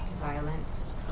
Violence